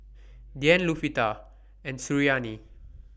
Dian and Suriani